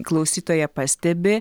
klausytoja pastebi